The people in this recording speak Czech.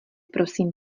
prosím